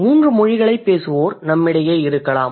மூன்று மொழிகளைப் பேசுவோர் நம்மிடையே இருக்கலாம்